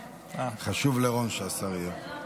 חשוב לרון שהשר יהיה פה.